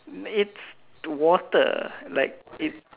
it's water like it's